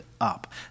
up